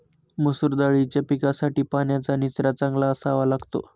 मसूर दाळीच्या पिकासाठी पाण्याचा निचरा चांगला असावा लागतो